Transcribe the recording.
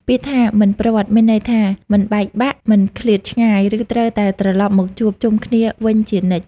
ពាក្យថា «មិនព្រាត់» មានន័យថា មិនបែកបាក់ មិនឃ្លាតឆ្ងាយ ឬត្រូវតែត្រលប់មកជួបជុំគ្នាវិញជានិច្ច។